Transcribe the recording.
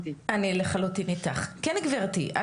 גברתי,